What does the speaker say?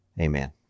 amen